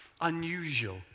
unusual